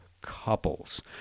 couples